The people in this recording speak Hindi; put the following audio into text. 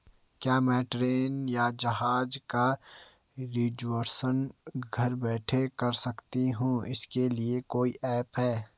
क्या मैं ट्रेन या जहाज़ का रिजर्वेशन घर बैठे कर सकती हूँ इसके लिए कोई ऐप है?